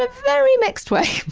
ah very mixed way.